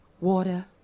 water